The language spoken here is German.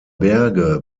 berge